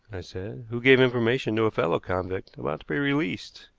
i said, who gave information to a fellow convict about to be released.